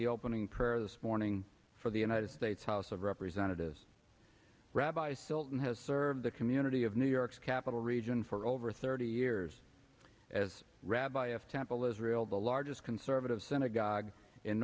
the opening prayer this morning for the united states house of representatives rabbi stilton has served the community of new york's capital region for over thirty years as rabbi of temple israel the largest conservative synagogue